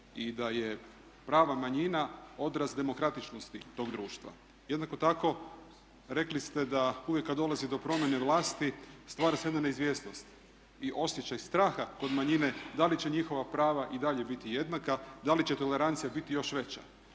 i da su prava manjina odraz demokratičnosti tog društva. Jednako tako rekli ste da uvijek kad dolazi do promjene vlasti stvara se jedna neizvjesnost i osjećaj straha kod manjine da li će njihova prava i dalje biti jednaka, da li će tolerancija biti još veća.